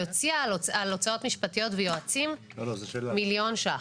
הוציאה על הוצאות משפטיות ויועצים מיליון שקלים.